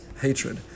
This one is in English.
hatred